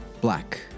black